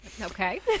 Okay